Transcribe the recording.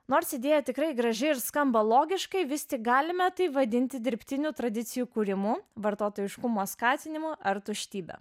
nors idėja tikrai graži ir skamba logiškai vis tik galime tai vadinti dirbtiniu tradicijų kūrimu vartotojiškumo skatinimu ar tuštybe